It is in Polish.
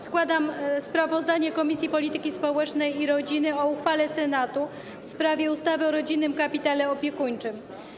Składam sprawozdanie Komisji Polityki Społecznej i Rodziny o uchwale Senatu w sprawie ustawy o rodzinnym kapitale opiekuńczym.